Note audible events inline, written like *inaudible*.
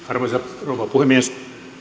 *unintelligible* arvoisa rouva puhemies